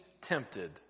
tempted